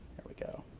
here we go.